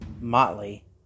Motley